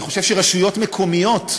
אני חושב שרשויות מקומיות,